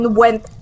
went